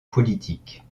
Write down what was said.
politique